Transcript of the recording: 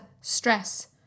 stress